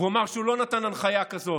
והוא אמר שהוא לא נתן הנחיה כזאת.